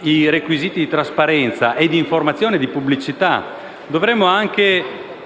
i requisiti di trasparenza, di informazione e di pubblicità.